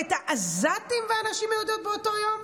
את העזתים והנשים היהודיות באותו יום?